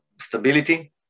stability